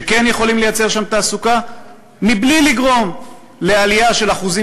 שכן יכולים לייצר שם תעסוקה בלי לגרום לעלייה של אחוזים